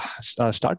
start